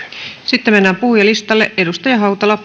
sitten mennään puhujalistalle